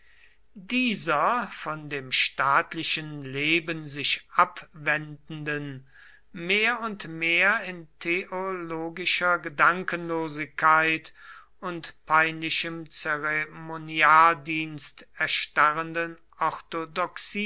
dieser von dem staatlichen leben sich abwendenden mehr und mehr in theologischer gedankenlosigkeit und peinlichem zeremonialdienst erstarrenden